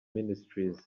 ministries